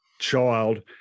child